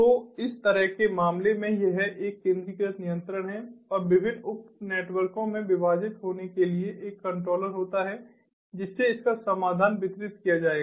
तो इस तरह के मामले में यह एक केंद्रीकृत नियंत्रण है और विभिन्न उप नेटवर्कों में विभाजित होने के लिए एक कंट्रोलर होता है जिससे इसका समाधान वितरित किया जाएगा